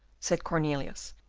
said cornelius,